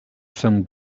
some